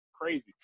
crazy